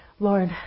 Lord